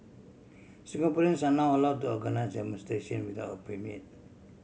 Singaporeans are now allow to organise demonstration without a permit